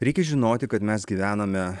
reikia žinoti kad mes gyvename